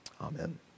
Amen